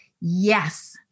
yes